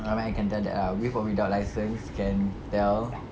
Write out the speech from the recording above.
I can tell that ah with or without license can tell